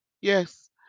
Yes